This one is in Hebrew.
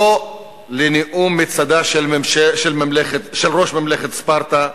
לא לנאום מצדה של ראש ממלכת ספרטה,